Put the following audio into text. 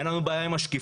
אין לנו בעיה עם השקיפות,